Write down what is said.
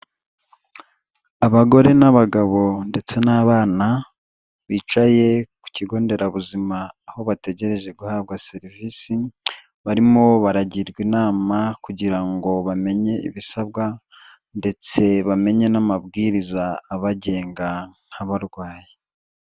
Abagore n'abagabo ndetse n'abana bicaye ku kigo nderabuzima aho bategereje guhabwa serivisi, barimo baragirwa inama kugira ngo bamenye ibisabwa, ndetse bamenye n'amabwiriza abagenga nk'abarwayi.